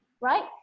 right